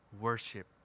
Worship